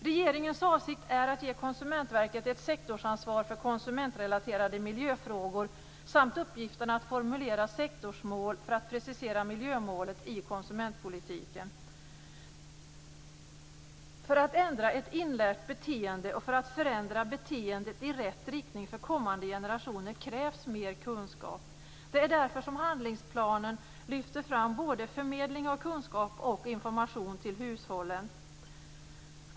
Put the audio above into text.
Regeringens avsikt är att ge Konsumentverket ett sektorsansvar för konsumentrelaterade miljöfrågor samt uppgiften att formulera sektorsmål för att precisera miljömålet i konsumentpolitiken. För att ändra ett inlärt beteende och för att förändra beteendet i rätt riktning för kommande generationer krävs mer kunskap. Det är därför handlingsplanen lyfter fram förmedling av kunskap och information till hushållen.